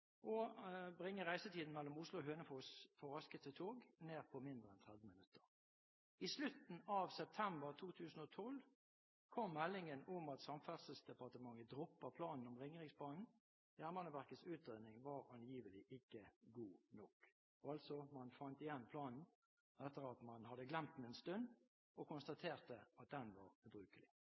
også bringe reisetiden mellom Oslo og Hønefoss for raskeste tog ned til mindre enn 30 minutter. I slutten av september 2012 kom meldingen om at Samferdselsdepartementet dropper planen om Ringeriksbanen. Jernbaneverkets utredning var angivelig ikke god nok. Man fant altså igjen planen – etter at man hadde glemt den en stund – og konstaterte at den var ubrukelig.